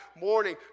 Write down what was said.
morning